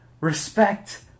Respect